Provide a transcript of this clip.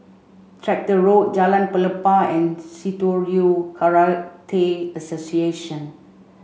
Tractor Road Jalan Pelepah and Shitoryu Karate Association